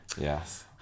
Yes